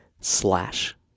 slash